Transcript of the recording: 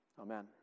Amen